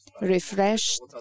refreshed